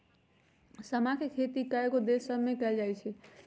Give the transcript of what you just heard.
समा के खेती कयगो देश सभमें कएल जाइ छइ